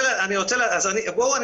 בואו,